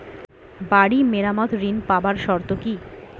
বাড়ি মেরামত ঋন পাবার শর্ত কি?